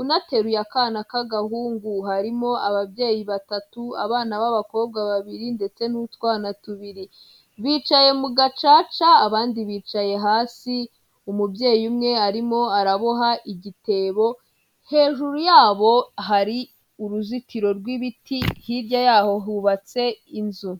unateruye akana k'agahungu, harimo ababyeyi batatu, abana b'abakobwa babiri, ndetse n'utwana tubiri, bicaye mu gacaca, abandi bicaye hasi, umubyeyi umwe arimo araboha igitebo, hejuru yabo hari uruzitiro rw'ibiti, hirya yaho hubatse inzu.